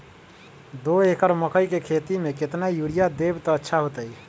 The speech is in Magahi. दो एकड़ मकई के खेती म केतना यूरिया देब त अच्छा होतई?